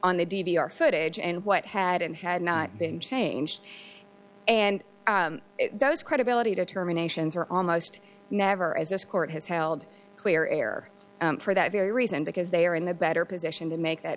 on the d v r footage and what had and had not been changed and those credibility determinations are almost never as this court has held clear air for that very reason because they are in the better position to make that